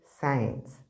science